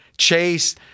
Chase